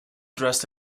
dressed